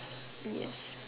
yes